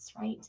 right